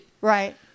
Right